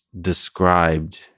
described